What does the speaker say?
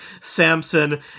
Samson